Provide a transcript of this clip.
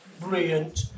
Brilliant